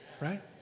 right